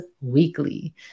weekly